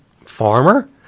farmer